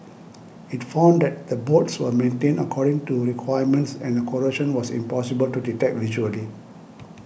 it found that the bolts were maintained according to requirements and the corrosion was impossible to detect visually